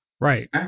Right